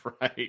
Right